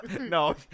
no